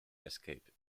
escape